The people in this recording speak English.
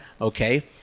okay